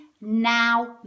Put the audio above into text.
now